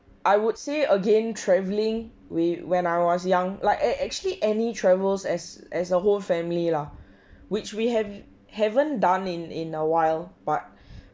I would say again traveling we when I was young like eh actually any travels as as a whole family lah which we have haven't done in in a while but